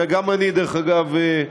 וגם אני, דרך אגב,